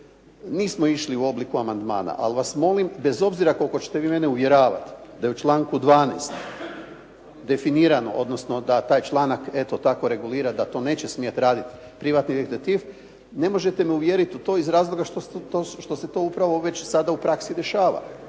Nismo išli u obliku amandmana, ali vas molim bez obzira koliko ćete vi mene uvjeravati da je u članku 12. definirano, odnosno da taj članak eto tako regulira da to neće smjeti raditi privatni detektiv, ne možete me uvjeriti u to iz razloga što se to upravo već sada u praksi dešava